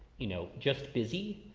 you know, just busy,